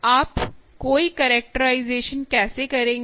आप कोई कैरेक्टराइजेशन कैसे करेंगे